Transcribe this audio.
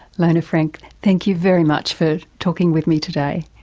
lone frank thank you very much for talking with me today.